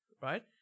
Right